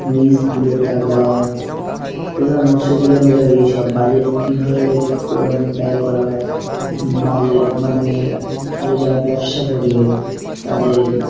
ওই স্কুলের টাকা প্রধান উৎসগুলো হলো এই সব বাজেট কীভাবে ব্যয় করা হয় বাজেট মানে আরও যারা ব্যবসা করে তাদের